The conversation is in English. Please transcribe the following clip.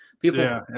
People